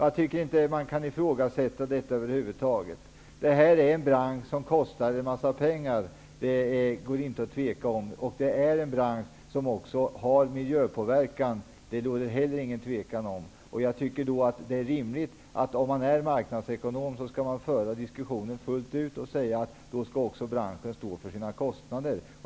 Man kan överhuvud taget inte ifrågasätta detta. Det här är en bransch som kostar en massa pengar. Det råder det inget tvivel om. Det är en bransch som också har miljöpåverkan. Det råder det heller inget tvivel om. Det är rimligt att man, om man är marknadsekonom, för diskussionen fullt ut och säger att branschen skall stå för sina kostnader.